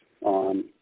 on